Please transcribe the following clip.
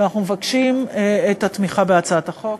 ואנחנו מבקשים את התמיכה בהצעת החוק.